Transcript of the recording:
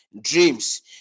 Dreams